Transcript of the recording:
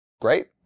Great